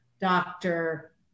doctor